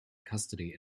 custody